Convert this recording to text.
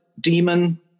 demon